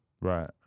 Right